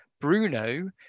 Bruno